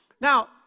Now